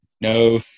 no